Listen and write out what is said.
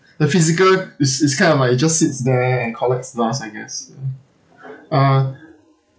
the physical is is kind of like it just sits there and collects dust I guess uh